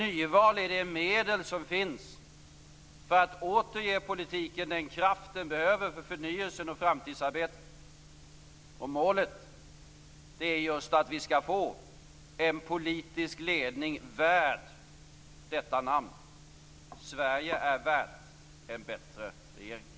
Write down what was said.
Nyval är det medel som finns för att åter ge politiken den kraft den behöver för förnyelsen och framtidsarbetet, och målet är just att vi skall få en politisk ledning värd detta namn. Sverige är värt en bättre regering.